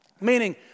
Meaning